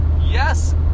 Yes